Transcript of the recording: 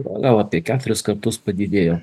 apie keturis kartus padidėjo